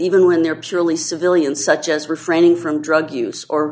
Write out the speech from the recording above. even when they're purely civilian such as refraining from drug use or